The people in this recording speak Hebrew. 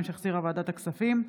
2022, שהחזירה ועדת הכספים.